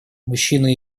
мужчины